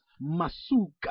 Masuka